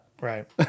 right